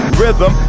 rhythm